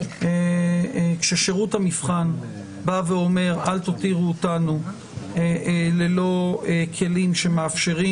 כששירות המבחן בא ואומר: אל תותירו אותנו ללא כלים שמאפשרים